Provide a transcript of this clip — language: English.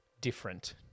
Different